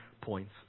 points